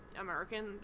american